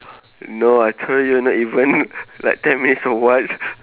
no I told you not even like ten minutes or what